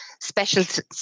special